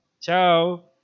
Ciao